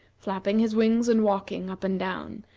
flapping his wings and walking up and down,